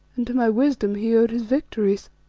and to my wisdom he owed his victories.